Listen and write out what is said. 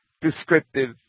descriptive